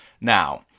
Now